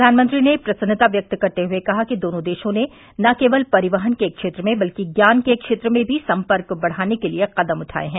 प्रधानमंत्री ने प्रसन्नता व्यक्त करते हुए कहा कि दोनों देशों ने न केवल परिवहन के क्षेत्र में बल्कि ज्ञान के क्षेत्र में भी सम्पर्क बढ़ाने के लिए कदम उठाये हैं